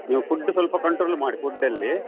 ನೀವು ಫುಡ್ಡು ಸ್ವಲ್ಪ ಕಂಟ್ರೋಲ್ ಮಾಡಿ ಫುಡ್ಡಲ್ಲಿ